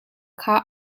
kha